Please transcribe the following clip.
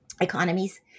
economies